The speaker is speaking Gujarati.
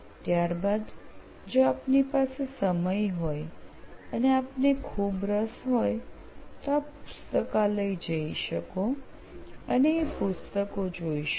ત્યાર બાદ જો આપની પાસે સમય હોય અને આપને ખૂબ રસ હોય તો આપ પુસ્તકાલય જઈ અને એ પુસ્તકો જોઈ શકો